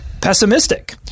pessimistic